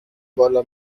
بالا